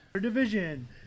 division